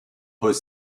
peut